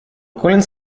коллинс